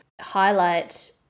highlight